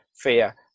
fear